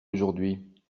aujourd’hui